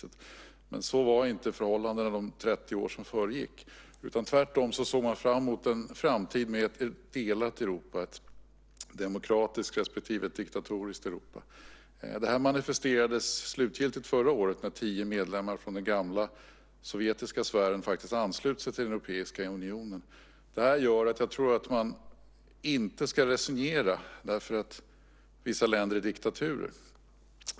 Men så var inte förhållandena de 30 år som föregick. Tvärtom såg man fram emot en framtid med ett delat Europa, ett demokratiskt respektive diktatoriskt Europa. Det här manifesterades slutgiltigt förra året när tio medlemmar från den gamla sovjetiska sfären anslöt sig till Europeiska unionen. Det här gör att jag tror att man inte ska resignera därför att vissa länder är diktaturer.